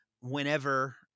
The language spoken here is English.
whenever